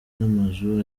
n’amazu